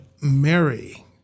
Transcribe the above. Mary